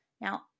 Now